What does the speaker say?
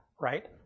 right